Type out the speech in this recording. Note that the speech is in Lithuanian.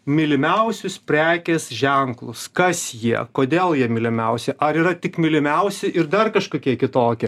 mylimiausius prekės ženklus kas jie kodėl jie mylimiausi ar yra tik mylimiausi ir dar kažkokie kitokie